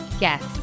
Yes